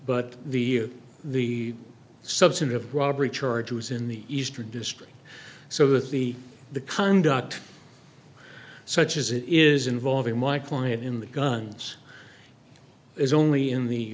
but the the substantive robbery charge was in the eastern district so that the the conduct such as it is involving my client in the guns is only in the